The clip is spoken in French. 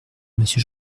monsieur